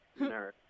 nerd